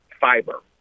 Fiber